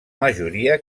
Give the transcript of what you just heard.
majoria